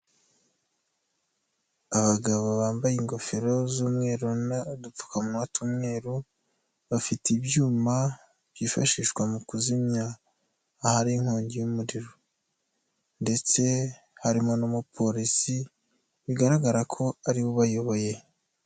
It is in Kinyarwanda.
Abagabo bambaye ingofero z'umweru n'udupfukamunwa tw'umweru bafite ibyuma byifashishwa mu kuzimya ahari inkongi y'umuriro ndetse harimo n'umupolisi bigaragara ko ariwe ubayoboye.